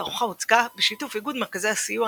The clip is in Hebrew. התערוכה הוצגה בשיתוף איגוד מרכזי הסיוע